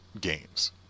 games